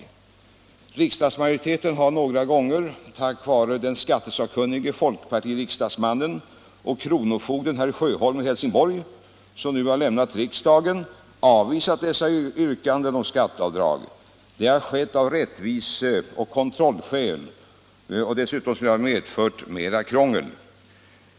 Riksdagsmajoriteten har några gånger tack vare den skattesakkunnige folkpartiriksdagsmannen och kronofogden herr Sjöholm i Helsingborg, som nu har lämnat riksdagen, avvisat yrkanden om skatteavdrag. Det har skett av rättvise och kontrollskäl, och dessutom skulle ett bifall till dessa yrkanden ha medfört mera krångel.